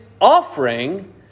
offering